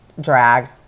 drag